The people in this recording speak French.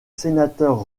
sénateur